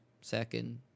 second